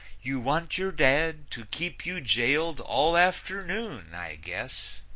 you want your dad to keep you jailed all afternoon, i guess.